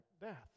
death